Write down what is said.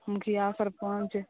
मुखिया सरपंच